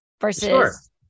versus